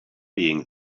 being